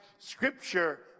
scripture